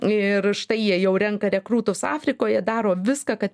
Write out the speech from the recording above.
ir štai jie jau renka rekrūtus afrikoje daro viską kad